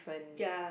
ya